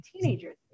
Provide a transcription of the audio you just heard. teenagers